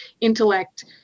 intellect